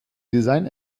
design